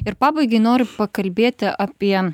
ir pabaigai noriu pakalbėti apie